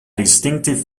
distinctive